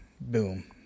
boom